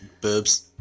boobs